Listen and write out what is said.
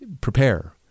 prepare